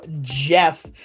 Jeff